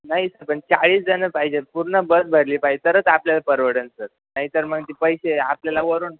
नाही सर पण चाळीस जणं पाहिजे पूर्ण बस भरली पाहिजे तरच आपल्याला परवडेल सर नाहीतर मग ती पैसे आपल्याला वरून